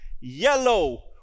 Yellow